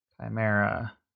Chimera